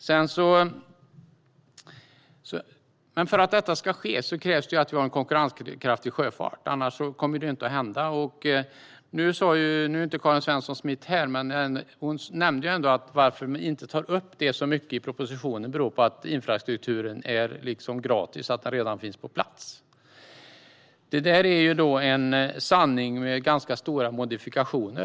Men för att detta ska ske krävs det att vi har en konkurrenskraftig sjöfart. Annars kommer det inte att hända. Nu är inte Karin Svensson Smith kvar här, men hon nämnde att anledningen till att man inte tar upp sjöfarten så mycket i propositionen är att infrastrukturen är liksom gratis, att den redan finns på plats. Det är en sanning med ganska stor modifikation.